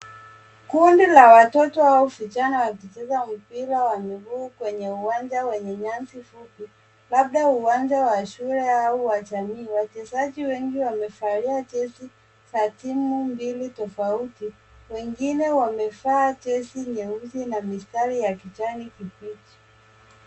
Kundi la watoto vijana wakicheza mpira wa miguu kwenye uwanja wenye nyasi fupi labda uwanja wa shule au wa jamii. Wachezaji wengi wamevalia jezi za timu mbili tofauti. Wengine wamevaa jezi nyeusi na mistari ya kijani kibichi.